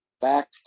back